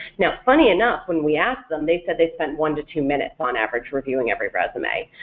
now funny enough, when we asked them they said they spent one to two minutes on average reviewing every resume,